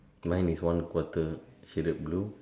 mine is one quarter shaded blue